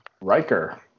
Riker